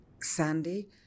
Sandy